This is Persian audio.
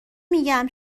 میگم